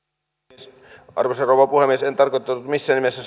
arvoisa rouva puhemies en tarkoittanut missään nimessä